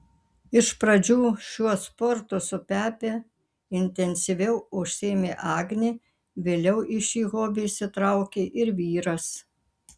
iš pradžių šiuo sportu su pepe intensyviau užsiėmė agnė vėliau į šį hobį įsitraukė ir vyras